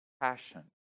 passion